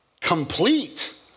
complete